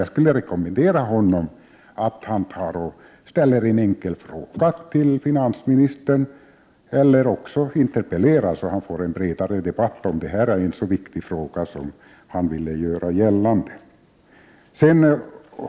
Jag skulle rekommendera honom att ställa en fråga till finansministern eller interpellera, så att han får en bredare debatt, om detta nu är en så viktig sak som han vill göra gällande.